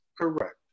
Correct